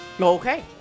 Okay